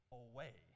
away